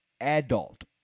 Adult